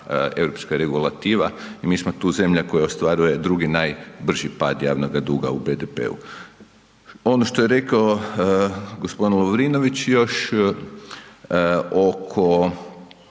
Europska regulativa i mi smo tu zemlja koja ostvaruje drugi najbrži pad javnoga duga u BDP-u. Ono što je rekao g. Lovrinović još oko